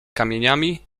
kamieniami